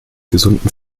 gesunden